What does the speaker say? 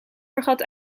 vergat